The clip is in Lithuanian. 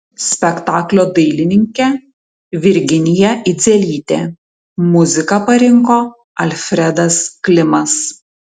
spektaklio dailininkė virginija idzelytė muziką parinko alfredas klimas